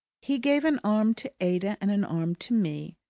he gave an arm to ada and an arm to me,